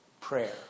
prayer